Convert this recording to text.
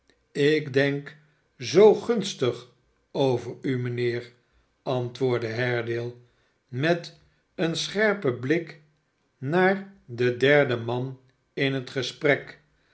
ik denk zoa gunstig over u mijnheer antwoordde haredale met een scherpen blik naar den derden man in het gesprek